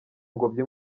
ngobyi